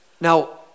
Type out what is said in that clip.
Now